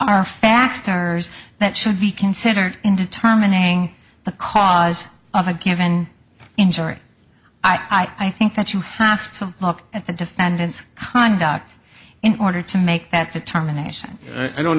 are factors that should be considered in determining the cause of a given injury i think that you have to look at the defendant's conduct in order to make that determination i don't